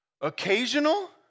Occasional